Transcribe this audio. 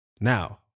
Now